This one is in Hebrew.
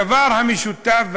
הדבר המשותף,